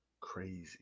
crazy